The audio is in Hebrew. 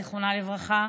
זיכרונה לברכה,